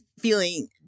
feeling